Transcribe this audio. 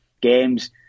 games